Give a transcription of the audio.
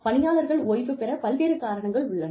பணியாளர்கள் ஓய்வு பெற பல்வேறு காரணங்கள் உள்ளன